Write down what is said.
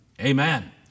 Amen